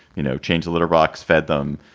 you know, change a litter box, fed them,